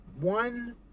one